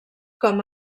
com